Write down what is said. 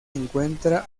encuentra